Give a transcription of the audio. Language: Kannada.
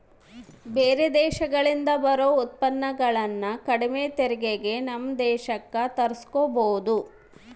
ಬೇರೆ ದೇಶಗಳಿಂದ ಬರೊ ಉತ್ಪನ್ನಗುಳನ್ನ ಕಡಿಮೆ ತೆರಿಗೆಗೆ ನಮ್ಮ ದೇಶಕ್ಕ ತರ್ಸಿಕಬೊದು